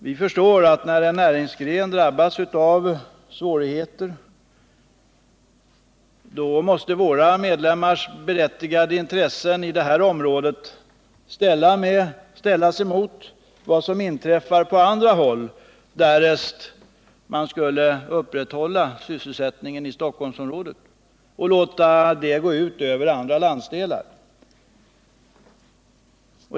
Vi förstår att när en näringsgren drabbas av svårigheter så måste våra medlemmars berättigade intressen inom ett område ställas emot vad som inträffar på andra håll, därest man genom att upprätthålla sysselsättningen inom Stockholmsområdet skulle låta detta gå ut över andra landsdelar.